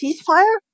ceasefire